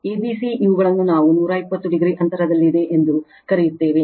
a b c ಇವುಗಳನ್ನು ನಾವು 120o ಅಂತರದಲ್ಲಿದೆ ಎಂದು ಕರೆಯುತ್ತೇವೆ